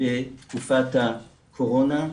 בתקופת הקורונה,